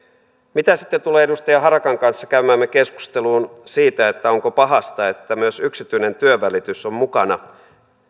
mitä sitten tulee edustaja harakan kanssa käymäämme keskusteluun siitä onko pahasta että myös yksityinen työnvälitys on mukana